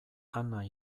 ana